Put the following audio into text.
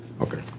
Okay